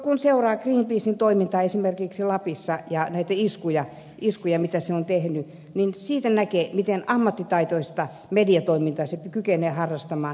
kun seuraa greenpeacen toimintaa esimerkiksi lapissa ja näitä iskuja mitä se on tehnyt niin siitä näkee miten ammattitaitoista mediatoimintaa se kykenee harrastamaan